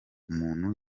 muntu